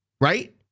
right